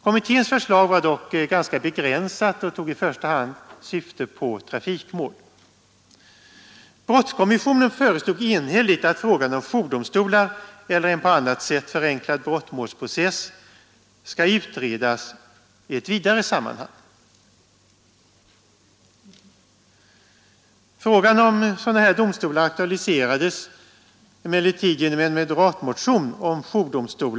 Kommitténs förslag var dock ganska begränsat och tog i första hand sikte på trafikmål. Brottskommissionen föreslog enhälligt att frågan om jourdomstolar eller en på annat sätt förenklad brottmålsprocess skall utredas i ett vidare sammanhang. Frågan om sådana här jourdomstolar aktualiserades emellertid genom en moderatmotion.